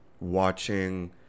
watching